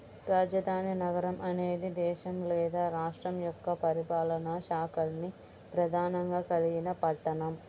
రాజధాని నగరం అనేది దేశం లేదా రాష్ట్రం యొక్క పరిపాలనా శాఖల్ని ప్రధానంగా కలిగిన పట్టణం